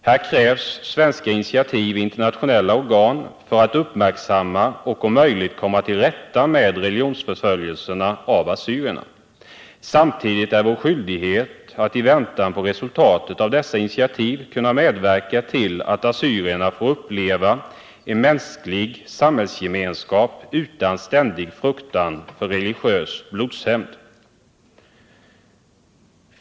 Här krävs svenska initiativ i internationella organ för att uppmärksamma och om möjligt komma till rätta med religionsförföljelserna av assyrierna. Samtidigt är det vår skyldighet att i väntan på resultat av dessa initiativ medverka till att assyrierna får uppleva en mänsklig samhällsgemenskap utan ständig fruktan för religiös blodshämnd.